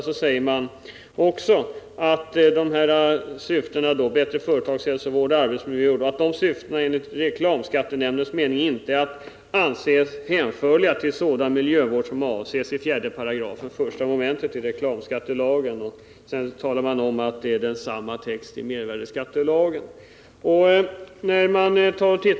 I detta yttrande uttalar reklamskattenämnden att syftena bättre företagshälsovård och bättre arbetsmiljö enligt dess mening inte är hänförliga till sådan miljövård som avses i 4§ 1 mom. reklamskattelagen. Vidare hänvisar nämnden till motsvarande text i lagen om mervärdeskatt.